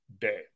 day